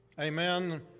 Amen